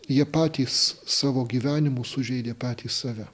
jie patys savo gyvenimu sužeidė patys save